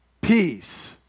peace